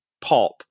pop